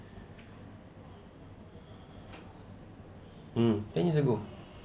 mm ten years ago